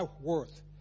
worth